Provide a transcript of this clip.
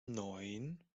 neun